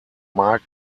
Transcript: marc